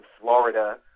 Florida